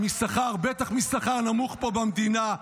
בטח משכר נמוך פה במדינה,